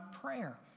prayer